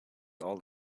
all